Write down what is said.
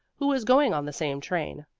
who was going on the same train.